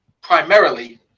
primarily